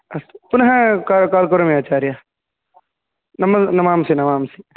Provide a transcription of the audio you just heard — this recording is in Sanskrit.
अस्तु पुनः का काल् करोमि आचार्य नम नमांसि नमांसि